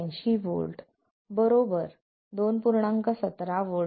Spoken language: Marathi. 17 व्होल्ट असेल